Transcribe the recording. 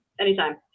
anytime